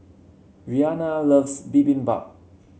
Rianna loves Bibimbap